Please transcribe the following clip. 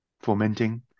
fomenting